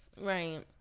Right